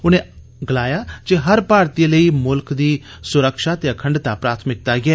उनें गलाया जे हर भारतीय लेई मुल्ख दी सुरक्षा ते अखंडता प्राथमिकता ऐ